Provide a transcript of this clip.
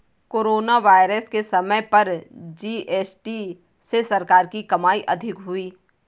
corona virus के समय पर जी.एस.टी से सरकार की कमाई अधिक हुई